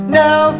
now